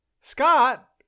Scott